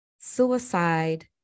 suicide